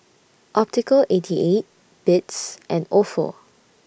Optical eighty eight Beats and Ofo